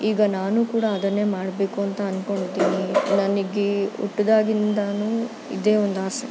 ಈಗ ನಾನೂ ಕೂಡ ಅದನ್ನೇ ಮಾಡಬೇಕು ಅಂತ ಅಂದ್ಕೊಂಡಿದ್ದೀನಿ ನನಗೆ ಹುಟ್ದಾಗಿಂದಾನೂ ಇದೇ ಒಂದು ಆಸೆ